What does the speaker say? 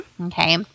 Okay